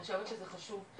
אני חושבת שזה חשוב.